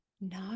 no